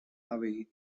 away